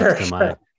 sure